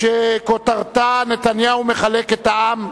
שכותרתה: נתניהו מחלק את העם.